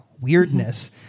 weirdness